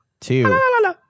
two